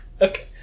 Okay